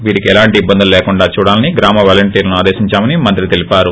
వీరికి ఎలాంటి ఇబ్బందులు లేకుండా చూడాలని గ్రామ వాలంటీర్లను ఆదేశించామని మంత్రి తెలిపారు